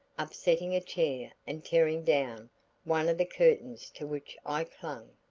upsetting a chair and tearing down one of the curtains to which i clung.